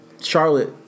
Charlotte